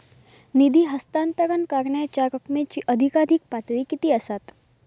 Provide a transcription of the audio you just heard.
निधी हस्तांतरण करण्यांच्या रकमेची अधिकाधिक पातळी किती असात?